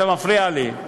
אתה מפריע לי,